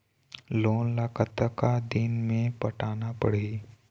Loan ला कतका दिन मे पटाना पड़ही?